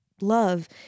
love